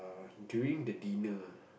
during the dinner ah